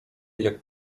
jak